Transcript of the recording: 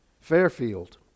Fairfield